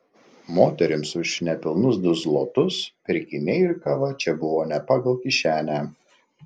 moterims už nepilnus du zlotus pirkiniai ir kava čia buvo ne pagal kišenę